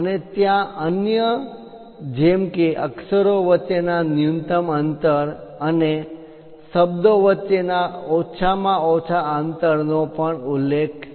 અને ત્યાં અન્ય જેમ કે અક્ષરો વચ્ચેના ન્યુનતમ અંતર અને શબ્દો વચ્ચે ના ઓછામાં ઓછા અંતર નો પણ ઉલ્લેખ છે